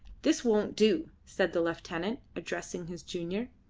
this won't do, said the lieutenant, addressing his junior.